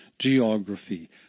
geography